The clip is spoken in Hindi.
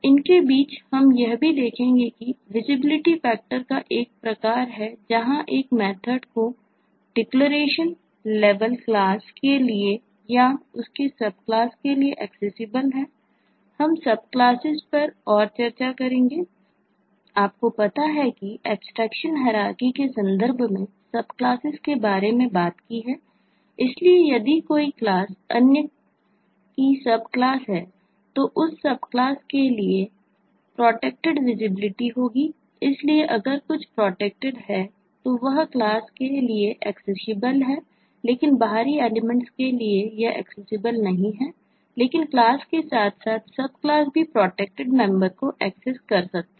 इनके बीच में हम यह भी देखेंगे कि विजिबिलिटी फैक्टर कर सकते हैं